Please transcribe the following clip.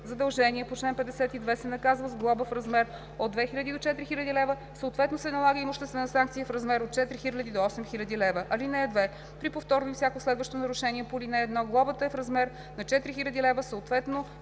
задължение по чл. 52, се наказва с глоба в размер от 2000 до 4000 лв., съответно се налага имуществена санкция в размер от 4000 до 8000 лв. (2) При повторно и всяко следващо нарушение по ал. 1 глобата е в размер на 4000 лв., съответно